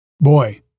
Boy